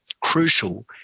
crucial